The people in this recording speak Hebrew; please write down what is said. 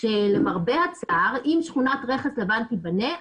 שלמרבה הצער אם שכונת רכס לבן תיבנה,